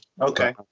Okay